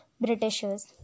Britishers